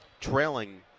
trailing